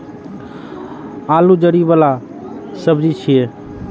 आलू जड़ि बला सब्जी छियै